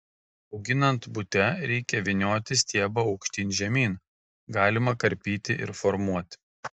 auginant bute reikia vynioti stiebą aukštyn žemyn galima karpyti ir formuoti